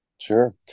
Sure